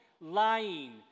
lying